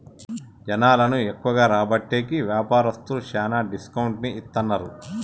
జనాలను ఎక్కువగా రాబట్టేకి వ్యాపారస్తులు శ్యానా డిస్కౌంట్ కి ఇత్తన్నారు